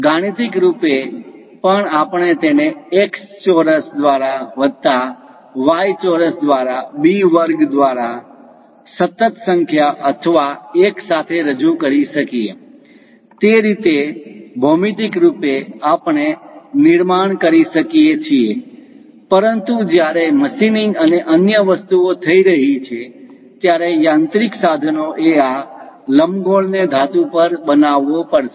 ગાણિતિક રૂપે પણ આપણે તેને x ચોરસ દ્વારા વત્તા y ચોરસ દ્વારા b વર્ગ દ્વારા સતત સંખ્યા અથવા 1 સાથે રજૂ કરી શકીએ તે રીતે ભૌમિતિક રૂપે આપણે નિર્માણ કરી શકીએ છીએ પરંતુ જ્યારે મશીનિંગ અને અન્ય વસ્તુઓ થઈ રહી છે ત્યારે યાંત્રિક સાધનો એ આ લંબગોળ ને ધાતુ પર બનાવવો પડશે